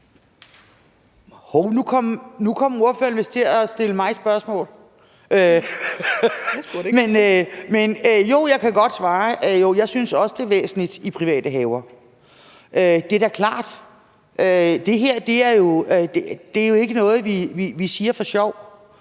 nu kom ordføreren vist til at stille mig spørgsmål, men jeg kan godt svare. Jo, jeg synes også, det er væsentligt, at det angår private haver. Det er da klart, at det her jo ikke er noget, vi siger for sjov.